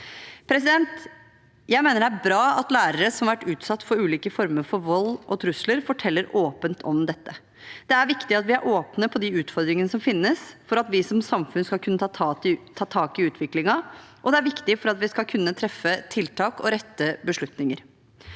arbeidsmiljø. Jeg mener det er bra at lærere som har vært utsatt for ulike former for vold og trusler, forteller åpent om dette. Det er viktig at vi er åpne om de utfordringene som finnes, for at vi som samfunn skal kunne ta tak i utviklingen, og for at vi skal kunne treffe tiltak og rette beslutninger.